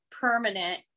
permanent